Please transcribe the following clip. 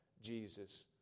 Jesus